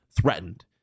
threatened